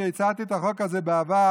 כשהצעתי את החוק הזה בעבר,